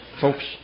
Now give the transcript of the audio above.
folks